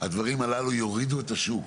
הדברים הללו יורידו את השוק.